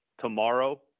tomorrow